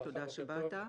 תודה שבאת.